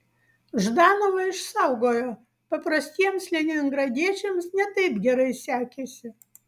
ždanovą išsaugojo paprastiems leningradiečiams ne taip gerai sekėsi